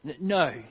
no